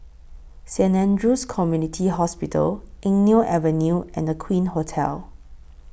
Saint Andrew's Community Hospital Eng Neo Avenue and Aqueen Hotel